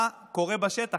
מה קורה בשטח?